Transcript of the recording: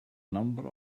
number